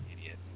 idiot